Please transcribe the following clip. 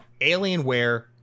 Alienware